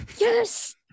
Yes